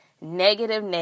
negative